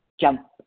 jump